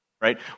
right